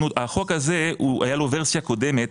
הייתה לו ורסיה קודמת,